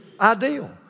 ideal